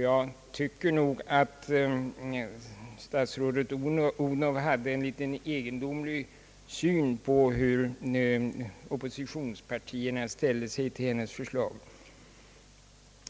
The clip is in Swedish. Jag tycker nog att statsrådet Odhnoff hade en litet egendomlig syn på hur oppositionspartierna ställde sig till hennes förslag.